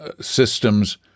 systems